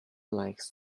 likes